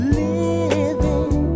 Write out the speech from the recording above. living